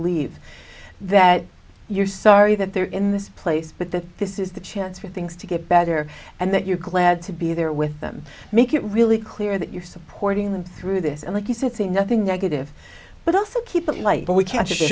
leave that you're sorry that they're in this place but that this is the chance for things to get better and that you're glad to be there with them make it really clear that you're supporting them through this and like you said see nothing negative but also keep it light but we ca